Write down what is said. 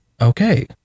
okay